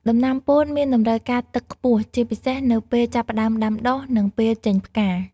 ដំណាំពោតមានតម្រូវការទឹកខ្ពស់ ជាពិសេសនៅពេលចាប់ផ្តើមដាំដុះ និងពេលចេញផ្កា។